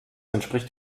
entspricht